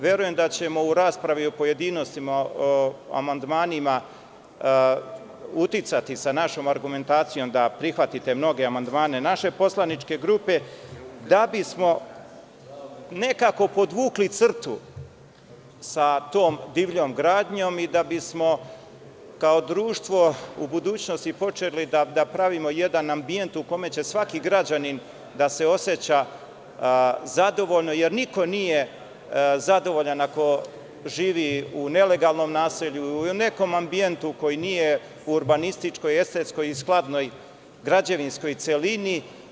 Verujem da ćemo u raspravi o pojedinostima uticati, sa našom argumentacijom, da prihvatite mnoge amandmane naše poslaničke grupe, da bismo nekako podvukli crtu sa tom divljom gradnjom i da bismo kao društvo u budućnosti počeli da pravimo jedan ambijent u kome će svaki građanin da se oseća zadovoljno, jer niko nije zadovoljan ako živi u nelegalnom naselju, u nekom ambijentu koji nije u urbanističkoj, estetskoj i skladnoj građevinskoj celini.